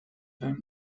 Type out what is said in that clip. time